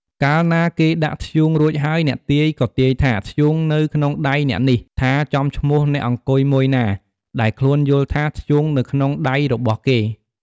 កាលណាគេដាក់ធ្យូងរួចហើយ អ្នកទាយ ក៏ទាយថា ធ្យូងនៅក្នុងដៃអ្នកនេះ ថាចំឈ្មោះអ្នកអង្គុយមួយណា ដែលខ្លួនយល់ថាធ្យូងនៅក្នុងដៃរបស់គេ។